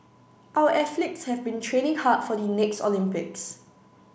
our athletes have been training hard for the next Olympics